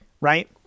right